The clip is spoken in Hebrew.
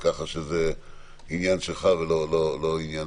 כך שזה עניין שלך ולא שלי.